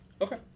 Okay